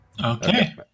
Okay